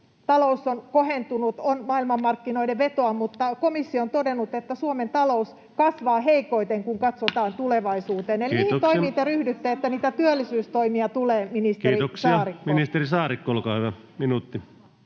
taholta kohentunut, on maailman markkinoiden vetoa, mutta komissio on todennut, että Suomen talous kasvaa heikoiten, kun katsotaan tulevaisuuteen. [Puhemies: Kiitoksia!] Eli mihin toimiin te ryhdytte, että niitä työllisyystoimia tulee, ministeri Saarikko? Kiitoksia. — Ministeri Saarikko, olkaa hyvä. Minuutti.